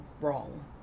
wrong